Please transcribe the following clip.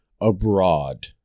abroad